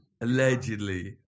Allegedly